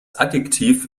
adjektiv